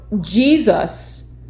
Jesus